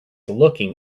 looking